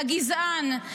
הגזען,